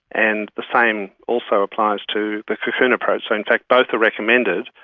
and the same also applies to the cocoon approach. so in fact both are recommended,